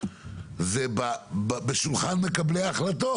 זה בשולחן מקבלי ההחלטות.